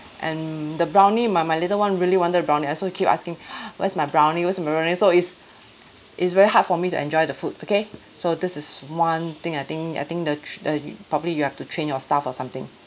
and the brownie my my little one really wanted the brownie and so he keep asking where's my brownie where's my brownie so it's it's very hard for me to enjoy the food okay so this is one thing I think I think the tr~ the you probably you have to train your staff or something